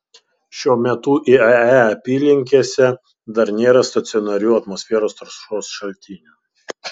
šiuo metu iae apylinkėse dar nėra stacionarių atmosferos taršos šaltinių